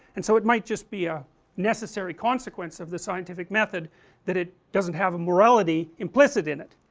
and so it might just be a necessary consequence of the scientific method that it doesn't have a morality implicit in it